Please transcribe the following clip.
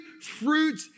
fruit